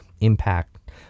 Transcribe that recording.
impact